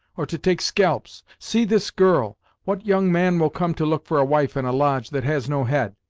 or to take scalps. see this girl what young man will come to look for a wife in a lodge that has no head?